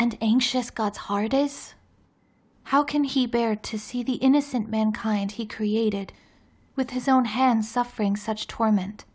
and anxious god's heart is how can he bear to see the innocent mankind he created with his own hand suffering such torment